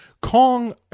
Kong